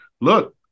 look